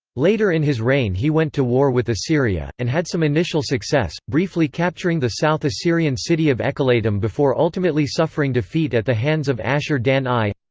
later in his reign he went to war with assyria, and had some initial success, briefly capturing the south assyrian city of ekallatum before ultimately suffering defeat at the hands of ashur-dan i.